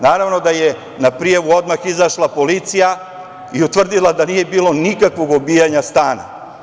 Naravno da je na prijavu odmah izašla policija i utvrdila da nije bilo nikakvog obijanja stana.